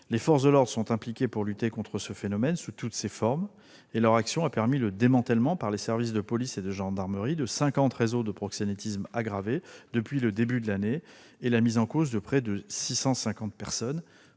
Les forces de l'ordre sont impliquées pour lutter contre ces phénomènes sous toutes leurs formes. Leur action a permis le démantèlement par les services de police et de gendarmerie de cinquante réseaux de proxénétisme aggravé depuis le début de l'année, et la mise en cause de près de 650 personnes.